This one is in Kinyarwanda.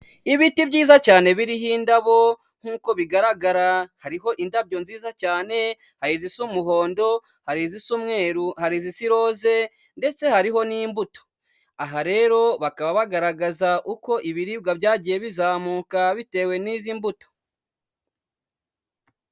Ibiti byiza cyane biriho indabo nkuko bigaragara, hariho indabyo nziza cyane hari izisa umuhondo, hari izisa umweru, hari izisa iroze, ndetse hariho n'imbuto. Aha rero bakaba bagaragaza uko ibiribwa byagiye bizamuka bitewe n'izi mbuto.